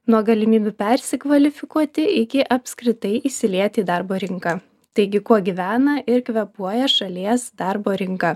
nuo galimybių persikvalifikuoti iki apskritai įsilieti į darbo rinką taigi kuo gyvena ir kvėpuoja šalies darbo rinka